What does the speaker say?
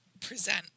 present